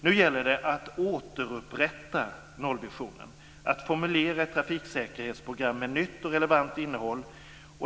Nu gäller det att återupprätta nollvisionen och formulera ett trafiksäkerhetsprogram med nytt och relevant innehåll.